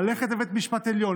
ללכת לבית המשפט העליון,